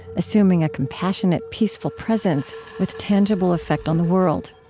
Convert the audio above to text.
assuming a compassionate, peaceful presence with tangible effect on the world